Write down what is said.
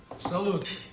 salute.